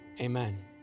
Amen